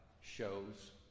shows